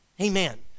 Amen